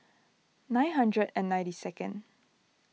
nine hundred and ninety second